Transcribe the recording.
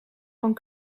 van